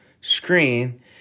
screen